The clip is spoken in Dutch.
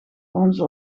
onze